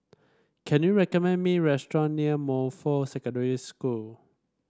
can you recommend me restaurant near Montfort Secondary School